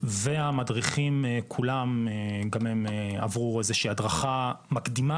והמדרכים כולם עברו איזו שהיא הדרכה מקדימה,